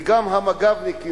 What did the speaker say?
וגם המג"בניקים,